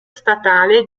statale